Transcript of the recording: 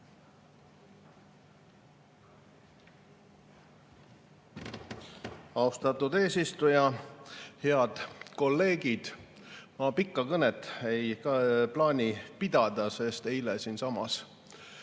Austatud eesistuja! Head kolleegid! Ma pikka kõnet ei plaani pidada, sest eile siinsamas